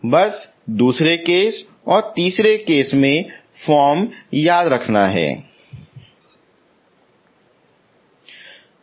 बस केस 2 और केस 3 में फॉर्म याद रखना होगा